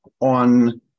on